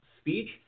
speech